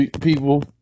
people